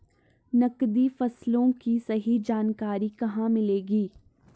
नकदी फसलों की सही जानकारी कहाँ मिलेगी?